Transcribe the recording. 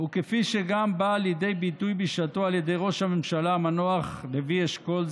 וכפי שגם באה לידי ביטוי בשעתו על ידי ראש הממשלה המנוח לוי אשכול,